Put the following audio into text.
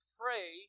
pray